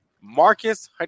Marcus